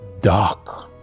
dark